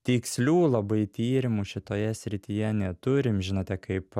tikslių labai tyrimų šitoje srityje neturim žinote kaip